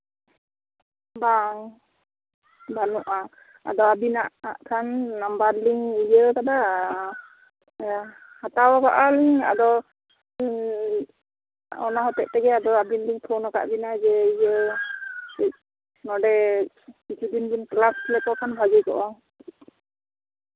ᱵᱟᱝ ᱵᱟᱹᱱᱩᱜᱼᱟ ᱟᱹᱵᱤᱱᱟᱜ ᱟᱜ ᱠᱷᱟᱱ ᱱᱟᱢᱵᱟᱨ ᱞᱤᱧ ᱤᱭᱟᱹ ᱟᱠᱟᱫᱟ ᱦᱟᱛᱟᱣ ᱠᱟᱜᱼᱟ ᱞᱤᱧ ᱟᱫᱚ ᱚᱱᱟ ᱦᱚᱛᱮᱡ ᱛᱮᱜᱮ ᱟᱹᱵᱤᱱ ᱞᱤᱧ ᱯᱷᱳᱱ ᱟᱠᱟᱫ ᱵᱤᱱᱟ ᱡᱮ ᱤᱭᱟᱹ ᱱᱚᱸᱰᱮ ᱠᱤᱪᱷᱩ ᱫᱤᱱ ᱵᱤᱱ ᱠᱮᱞᱟᱥ ᱞᱮᱠᱚ ᱠᱷᱟᱱ ᱵᱷᱟᱹᱜᱮ ᱠᱚᱜᱼᱟ